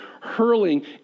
hurling